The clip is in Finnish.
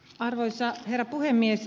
arvoisa herra puhemies